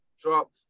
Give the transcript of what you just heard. drop